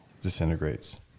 disintegrates